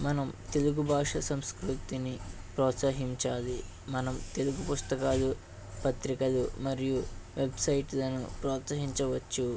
మనం తెలుగు భాష సంస్కృతిని ప్రోత్సహించాలి మనం తెలుగు పుస్తకాలు పత్రికలు మరియు వెబ్సైట్లను ప్రోత్సహించవచ్చు